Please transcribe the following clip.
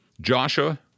Joshua